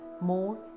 More